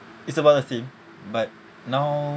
it's about the same but now